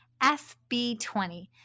FB20